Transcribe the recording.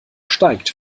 steigt